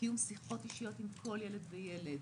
לקיום שיחות אישיות עם כל ילד וילד,